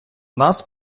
нас